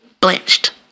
Blanched